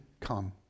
come